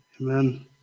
Amen